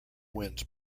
winds